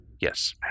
Yes